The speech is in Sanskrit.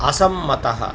असम्मतः